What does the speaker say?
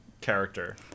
character